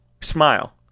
Smile